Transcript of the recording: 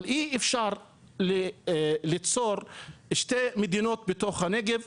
אבל אי אפשר ליצור שתי מדינות בתוך הנגב,